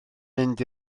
mynd